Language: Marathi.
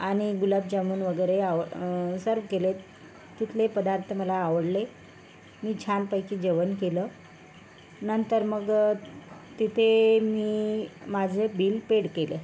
आणि गुलाब जामून वगैरे सर्व्ह केलेत तिथले पदार्थ मला आवडले मी छान पैकी जेवण केलं नंतर मग तिथे मी माझं बिल पेड केलं